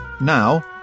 Now